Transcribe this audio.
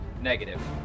Negative